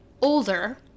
older